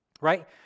right